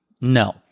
No